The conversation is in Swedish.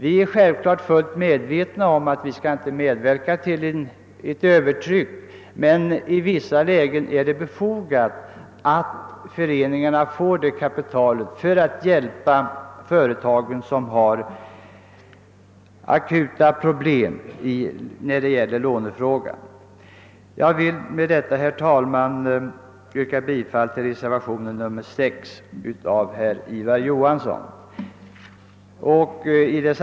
Vi är fullt medvetna om att vi inte bör medverka till ett övertryck i samhällsekonomin, men i vissa lägen är det befogat att föreningarna får kapital för att hjälpa företag som har akuta låneproblem. Jag vill med detta, herr talman, yrka bifall till reservationen 6 av herr Ivar Johansson m.fl.